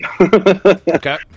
okay